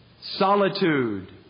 solitude